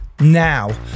now